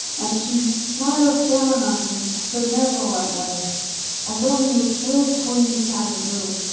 and she smiles down on me benevolently as only a true queen can do.